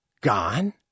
Gone